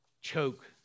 choke